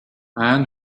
man